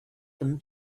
them